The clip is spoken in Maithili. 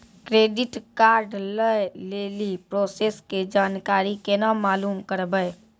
क्रेडिट कार्ड लय लेली प्रोसेस के जानकारी केना मालूम करबै?